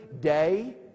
day